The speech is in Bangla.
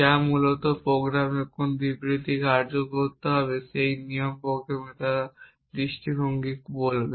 যা মূলত একটি প্রোগ্রামে কোন বিবৃতিগুলি কার্যকর করতে হবে এবং একটি লজিক প্রোগ্রামিং সম্প্রদায়ের দৃষ্টিভঙ্গি বলবে